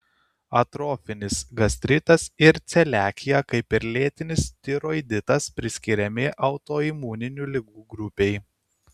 atrofinis gastritas ir celiakija kaip ir lėtinis tiroiditas priskiriami autoimuninių ligų grupei